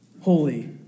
holy